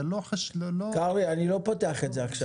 אתה לא --- קרעי אני לא פותח את זה עכשיו.